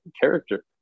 character